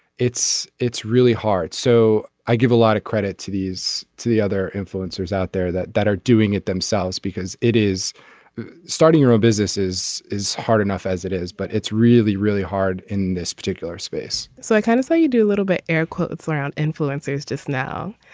it's it's really hard. so i give a lot of credit to these to the other influencers out there that that are doing it themselves because it is starting your own businesses is hard enough as it is but it's really really hard. in this particular space so i kind of say you do a little bit air quotes around influences just now.